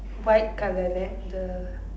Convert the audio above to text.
white colour right the